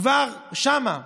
כבר שם,